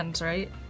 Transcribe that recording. right